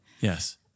Yes